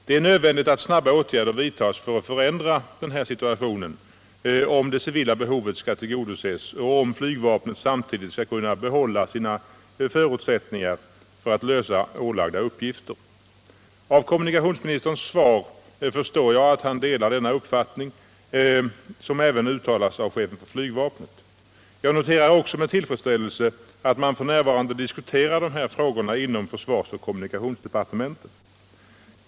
Det är nödvändigt att vidta snabba åtgärder för att förändra denna situation, om det civila behovet skall tillgodoses och om flygvapnet samtidigt skall kunna behålla sina förutsättningar att lösa ålagda uppgifter. Av kommunikationsministerns svar förstår jag att han delar denna uppfattning, som även uttalas av chefen för flygvapnet. Jag noterar också med tillfredsställelse att man f. n. diskuterar dessa frågor inom försvarsoch kommunikationsdepartementen.